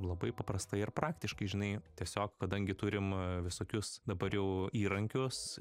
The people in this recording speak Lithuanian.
labai paprastai ir praktiškai žinai tiesiog kadangi turim visokius dabar jau įrankius